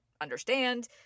understand